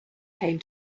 came